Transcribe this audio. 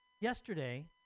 Yesterday